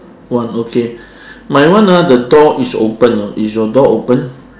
one okay my one ah the door is open know is your door open